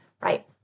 right